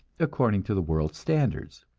according to the world's standards.